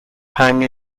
pang